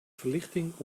verlichting